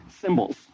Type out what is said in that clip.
symbols